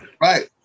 Right